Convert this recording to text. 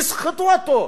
יסחטו אותו.